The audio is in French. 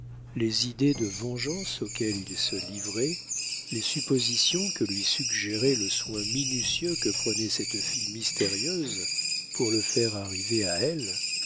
les idées de vengeance auxquelles il se livrait les suppositions que lui suggérait le soin minutieux que prenait cette fille mystérieuse pour le faire arriver à elle